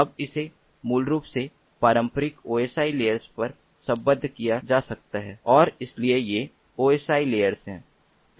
अब इसे मूल रूप से पारंपरिक OSI लेयरस पर सम्बद्ध किया जा सकता है और इसलिए ये OSI लेयरस हैं